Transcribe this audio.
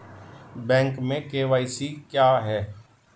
Bank में KYC क्या है?